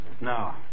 No